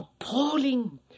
appalling